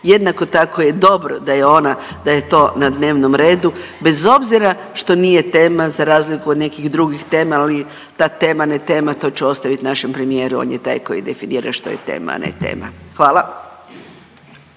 jednako tako je dobro da je ona da je to na dnevnom redu bez obzira što nije tema za razliku od nekih drugih tema, ali ta tema ne tema to ću ostaviti našem premijer on je taj koji definira što je tema, a ne tema. Hvala.